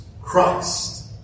Christ